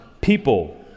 people